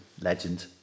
Legend